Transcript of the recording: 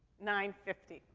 nine fifty.